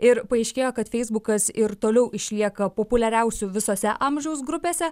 ir paaiškėjo kad feisbukas ir toliau išlieka populiariausiu visose amžiaus grupėse